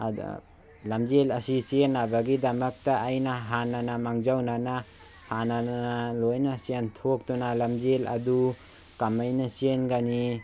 ꯑꯗ ꯂꯝꯖꯦꯜ ꯑꯁꯤ ꯆꯦꯟꯅꯕꯒꯤꯗꯃꯛꯇ ꯑꯩꯅ ꯍꯥꯟꯅꯅ ꯃꯥꯡꯖꯧꯅꯅ ꯍꯥꯟꯅꯅ ꯂꯣꯏꯅ ꯆꯦꯟꯊꯣꯛꯇꯨꯅ ꯂꯝꯖꯦꯜ ꯑꯗꯨ ꯀꯃꯥꯏꯅ ꯆꯦꯟꯒꯅꯤ